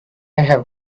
have